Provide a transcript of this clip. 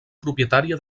propietària